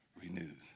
renewed